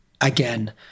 again